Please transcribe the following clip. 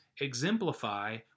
exemplify